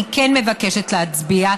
אני כן מבקשת להצביע,